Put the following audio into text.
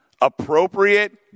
Appropriate